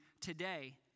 today